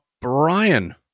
brian